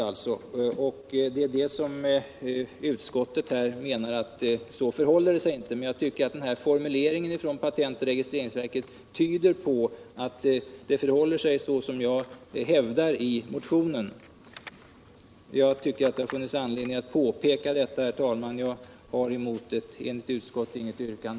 Utskottet å sin sida menar att det inte förhåller sig så, men Reglerna för skydd enligt min uppfattning tyder formuleringen på motsatsen, vilket jag också |- hävdar i motionen. Herr talman! Jag tycker att det har funnits anledning att göra dessa påpekanden, men jag har inget yrkande emot ett enhälligt utskott.